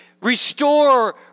restore